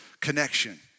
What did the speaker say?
connection